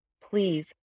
please